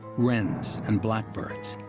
wrens and blackbirds.